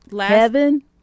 Heaven